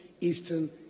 Eastern